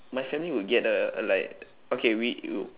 my family would get uh a like okay we w~